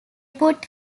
put